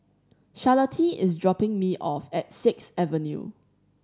Charlottie is dropping me off at Sixth Avenue